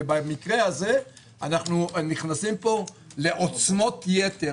במקרה הזה אנו נכנסים פה לעוצמות יתר.